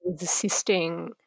assisting